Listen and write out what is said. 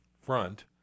front